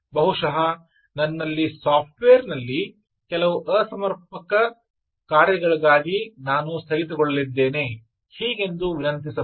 ಬಹುಶಃ ನನ್ನಲ್ಲಿ ಸಾಫ್ಟ್ವೇರ್ ನಲ್ಲಿನ ಕೆಲವು ಅಸಮರ್ಪಕ ಕಾರ್ಯಗಳಿಗಾಗಿ ನಾನು ಸ್ಥಗಿತಗೊಳ್ಳಲಿದ್ದೇನೆ" ಹೀಗೆಂದು ವಿನಂತಿಸಬಹುದು